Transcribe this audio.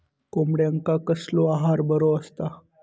कोंबड्यांका कसलो आहार बरो असता?